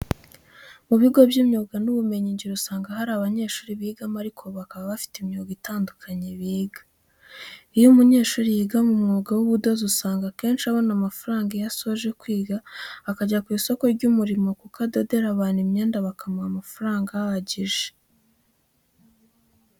Mu bigo by'imyuga n'ubumenyingiro usanga hari abanyeshuri bigamo ariko bakaba bafite imyuga itandukanye biga. Iyo umunyeshuri yiga umwuga w'ubudozi usanga akenshi abona amafaranga iyo asoje kwiga akajya ku isoko ry'umurimo kuko adodera abantu imyenda bakamuha amafaranga ahagije.